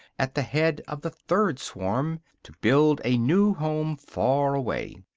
at the head of the third swarm, to build a new home far away.